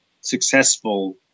successful